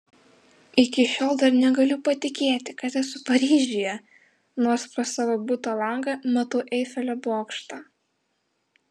iki šiol dar negaliu patikėti kad esu paryžiuje nors pro savo buto langą matau eifelio bokštą